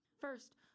First